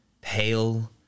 pale